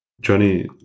Johnny